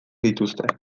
dituzte